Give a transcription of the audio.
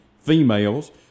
females